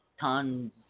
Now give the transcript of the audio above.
tons